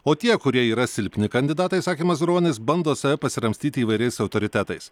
o tie kurie yra silpni kandidatai sakė mazuronis bando save pasiramstyti įvairiais autoritetais